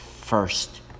first